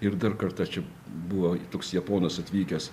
ir dar kartą čia buvo toks japonas atvykęs